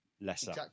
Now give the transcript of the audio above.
lesser